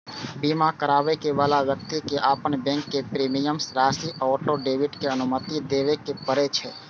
बीमा कराबै बला व्यक्ति कें अपन बैंक कें प्रीमियम राशिक ऑटो डेबिट के अनुमति देबय पड़ै छै